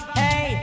hey